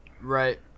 Right